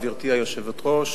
גברתי היושבת-ראש,